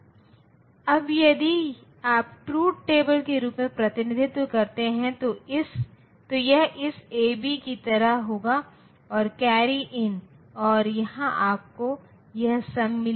तो यदि मैं बाइनरी प्रतिनिधित्व के लिए यह आसान है अगर आप बिट्स के रूप में इस चार्ट 1 2 4 8 16 को शीर्ष पर लिखते हैं जैसा कि हम बाईं ओर आगे बढ़ रहे हैं अंकों का वजन बढ़ रहा है